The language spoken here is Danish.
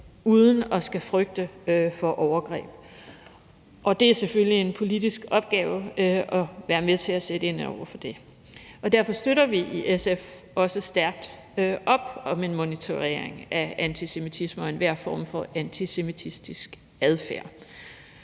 uden at skulle frygte for overgreb, og det er selvfølgelig en politisk opgave at være med til at sætte ind over for det. Derfor støtter vi i SF også stærkt op om en monitorering af antisemitisme og enhver form for antisemitisk adfærd.